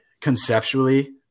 conceptually